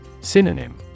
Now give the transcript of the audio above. Synonym